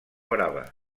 brava